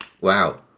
Wow